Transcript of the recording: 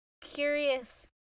curious